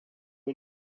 wind